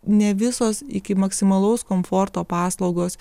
ne visos iki maksimalaus komforto paslaugos